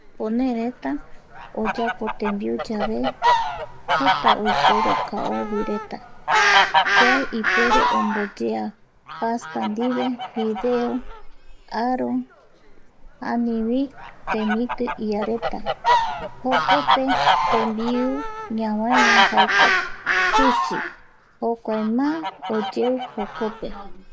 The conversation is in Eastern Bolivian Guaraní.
Ponesreta oyapo tembiuyave jeta oiporu kaovireta, kua ipuere omboyea pasta ndive fideo, aro, anivi temiti iareta jokpe tembiu ñavaeva jaeko shushi jokuae má oyeu jokope